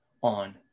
on